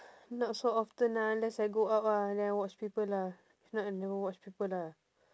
not so often ah unless I go out ah then I watch people ah if not I never watch people ah